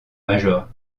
major